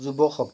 যুৱশক্তি